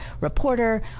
reporter